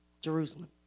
Jerusalem